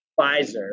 Pfizer